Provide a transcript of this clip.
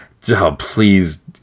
please